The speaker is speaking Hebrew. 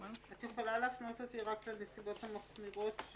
את יכולה להפנות אותי לנסיבות המחמירות?